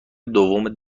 دوم